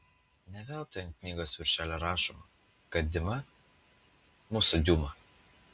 ne veltui ant knygos virželio rašoma kad dima mūsų diuma